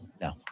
no